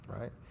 right